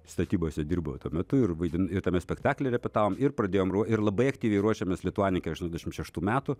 statybose dirbau tuo metu ir vaidin ir tame spektaklyje repetavome ir pradėjome ruo ir labai aktyviai ruošėmės lituanikai aštuoniasdešimt šeštų metų